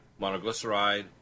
monoglyceride